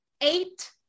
eight